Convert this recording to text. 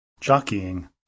Jockeying